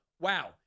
wow